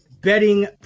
betting